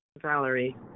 Valerie